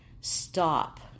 stop